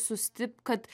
sustip kad